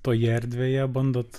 toje erdvėje bandot